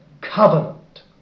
covenant